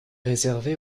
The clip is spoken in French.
réservée